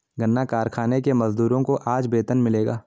गन्ना कारखाने के मजदूरों को आज वेतन मिलेगा